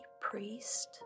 priest